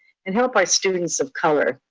and help our students of color.